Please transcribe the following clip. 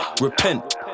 Repent